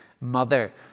mother